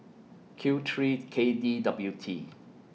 Q three K D W T